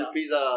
Pizza